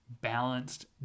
balanced